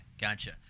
Gotcha